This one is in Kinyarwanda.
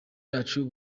yacu